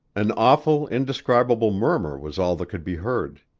an awful, indescribable murmur was all that could be heard.